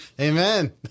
Amen